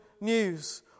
news